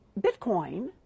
Bitcoin